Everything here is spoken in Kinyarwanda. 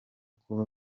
kuba